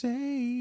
Say